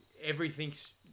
everything's –